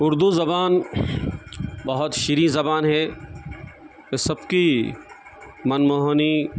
اردو زبان بہت شیریں زبان ہے یہ سب کی من موہنی